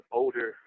older